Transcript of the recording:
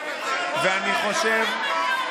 למי החוק הזה?